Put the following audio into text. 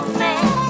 man